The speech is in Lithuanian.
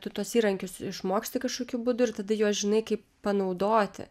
tu tuos įrankius išmoksti kažkokiu būdu ir tada juos žinai kaip panaudoti